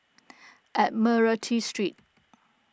Admiralty Street